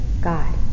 God